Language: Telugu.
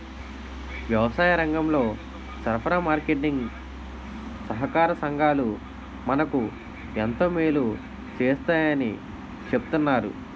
వ్యవసాయరంగంలో సరఫరా, మార్కెటీంగ్ సహాకార సంఘాలు మనకు ఎంతో మేలు సేస్తాయని చెప్తన్నారు